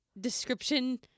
description